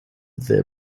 their